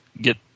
get